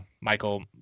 Michael